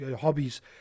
hobbies